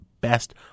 best